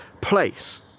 place